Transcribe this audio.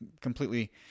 completely